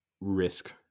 risk-